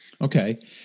Okay